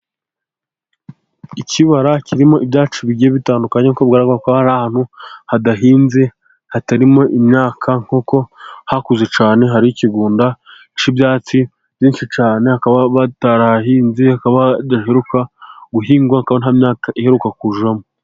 Ikibara kirimo ibyatsi bigiye bitandukanye, nkuko bigaragara ko ari ahantu hadahinze hatarimo imyaka koko hakuze cyane, hari ikigunda cy'ibyatsi byinshi cyane bakaba batarahahinze, hakaba hadaheruka guhingwa, hakaba nta myaka iheruka kujyamo.